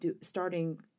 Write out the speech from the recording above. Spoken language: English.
starting